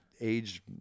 age